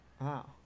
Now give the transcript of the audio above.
Wow